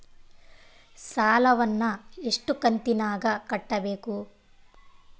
ಸಾಲವನ್ನ ಎಷ್ಟು ಕಂತಿನಾಗ ಕಟ್ಟಬೇಕು?